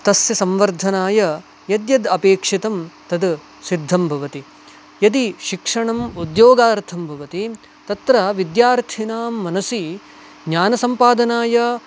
तस्य संवर्धनाय यद्यदपेक्षितं तत् सिद्धं भवति यदि शिक्षणम् उद्योगार्थं भवति तत्र विद्यार्थिनां मनसि ज्ञानसम्पादनाय